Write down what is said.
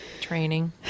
Training